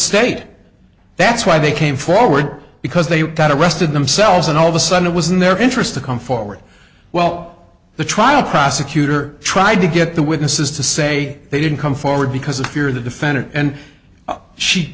state that's why they came forward because they got arrested themselves and all of a sudden it was in their interest to come forward well the trial prosecutor tried to get the witnesses to say they didn't come forward because if you're the defendant and she